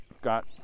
got